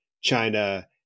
China